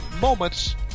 moments